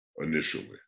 initially